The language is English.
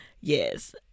Yes